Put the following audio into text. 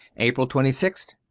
april twenty sixth